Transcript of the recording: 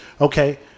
Okay